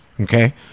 okay